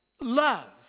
love